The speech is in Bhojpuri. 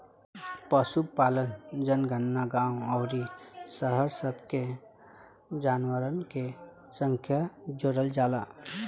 पशुपालन जनगणना गांव अउरी शहर सब के जानवरन के संख्या जोड़ल जाला